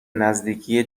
نزدیکی